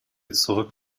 zurück